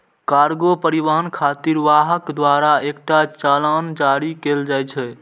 cargo परिवहन खातिर वाहक द्वारा एकटा चालान जारी कैल जाइ छै